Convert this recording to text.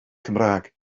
cymraeg